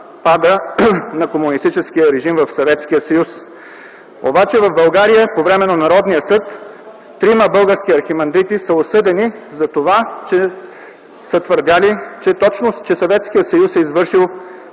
на комунистическия режим в Съветския съюз. В България по време на Народния съд трима български архимандрити са осъдени за това, че са твърдели, че Съветският съюз е извършил